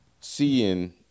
seeing